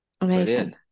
Amazing